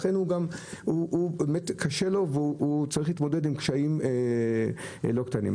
לכן קשה לנהג והוא צריך להתמודד עם קשיים לא קטנים.